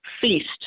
feast